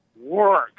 work